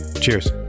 Cheers